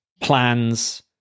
Plans